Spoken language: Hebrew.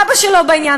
ואבא שלו בעניין,